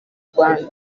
rwanda